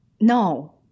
No